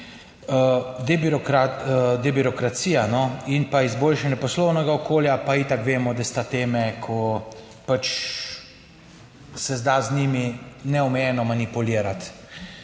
Debirokracija in pa izboljšanje poslovnega okolja pa itak vemo, da sta teme, ko pač se da z njimi neomejeno manipulirati,